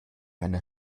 einer